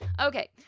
okay